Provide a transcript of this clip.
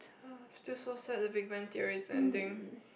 !ha! still so sad the Big-Bang Theory is ending